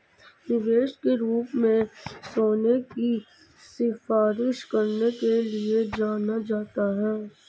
निवेश के रूप में सोने की सिफारिश करने के लिए जाना जाता है